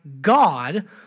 God